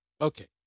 Okay